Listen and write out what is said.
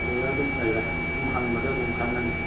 ꯑꯗꯨꯗ ꯑꯗꯨꯝ ꯂꯩꯔꯦ ꯑꯗꯨꯝ ꯍꯪꯕꯗ ꯑꯗꯨꯝ ꯈꯪꯉꯅꯤ